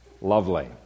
Lovely